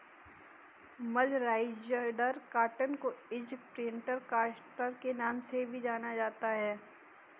mercerised cotton को Egyptian cotton के नाम से भी जाना जाता है